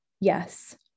Yes